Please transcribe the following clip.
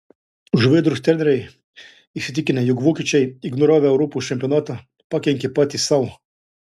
žuvėdros treneriai įsitikinę jog vokiečiai ignoravę europos čempionatą pakenkė patys sau